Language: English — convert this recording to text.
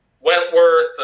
Wentworth